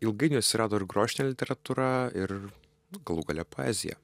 ilgainiui atsirado ir grožinė literatūra ir galų gale poezija